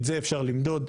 את זה אפשר למדוד.